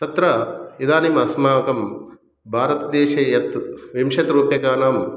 तत्र इदानिमस्माकं भारतदेशे यत् विंशतिरूप्यकाणां